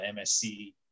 MSC